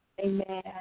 amen